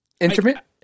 Intermittent